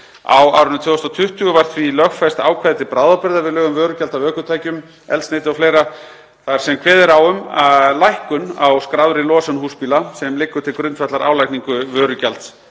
Á árinu 2020 var því lögfest ákvæði til bráðabirgða við lög um vörugjald af ökutækjum, eldsneyti o.fl., þar sem kveðið er á um lækkun á skráðri losun húsbíla sem liggur til grundvallar álagningu vörugjalds